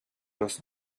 los